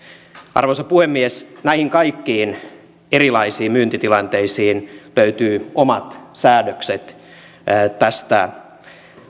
arvoisa puhemies näihin kaikkiin erilaisiin myyntitilanteisiin löytyvät omat säädökset tästä